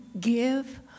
give